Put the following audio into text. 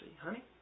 honey